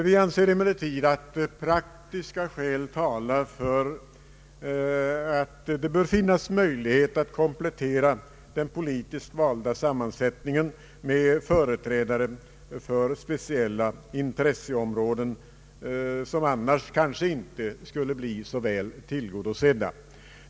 Vi anser emeilertid att praktiska skäl talar för att det bör finnas möjlighet att komplettera den politiskt valda sammansättningen med företrädare för speciella intresseområden, som annars kanske inte skulle bli så väl tillgodosedda.